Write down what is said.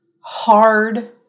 hard